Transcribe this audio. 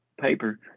paper